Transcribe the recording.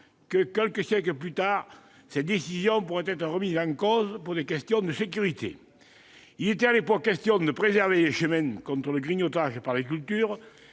que, quelques siècles plus tard, cette décision pourrait être remise en cause pour des questions de sécurité. Il était à l'époque question de préserver les chemins contre le grignotage par les cultures